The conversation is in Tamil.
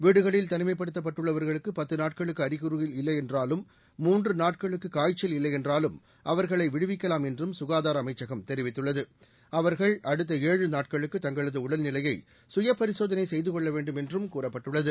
வீடுகளில் தனிமைப்படுத்தப்பட்டவர்களுக்கு பத்து நாட்களுக்கு அறிகுறிகள் இல்லையென்றாலும் மூன்று நாட்களுக்கு காய்ச்சல் இல்லையென்றாலும் அவர்களை விடுவிக்கலாம் என்றும் சுகாதார அமைச்சகம் தெரிவித்துள்ளது அவர்கள் அடுத்த ஏழு நாட்களுக்கு தங்களது உடல்நிலையை சுய பரிசோதனை செய்து கொள்ள வேண்டும் என்று கூறப்பட்டுள்ளது